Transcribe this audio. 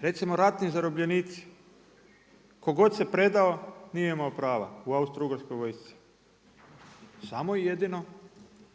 Recimo ratni zarobljenici, tko god se predao nije imao prava u Austro-ugarskoj vojsci, samo jedino